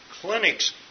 clinics